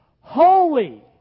Holy